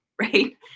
right